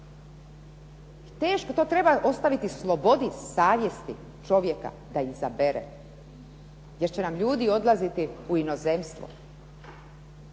Teško, to treba ostaviti slobodi savjesti čovjeka da izabere jer će nam ljudi odlaziti u inozemstvo.